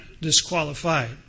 disqualified